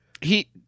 He-